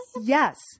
Yes